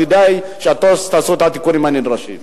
כדאי שתעשו את התיקונים הנדרשים.